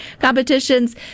competitions